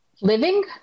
Living –